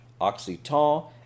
Occitan